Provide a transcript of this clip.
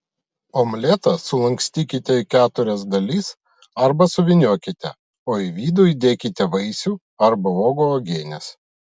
omletą sulankstykite į keturias dalis arba suvyniokite o į vidų įdėkite vaisių arba uogų uogienės